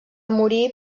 morir